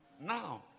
now